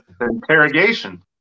Interrogation